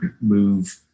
move